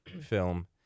film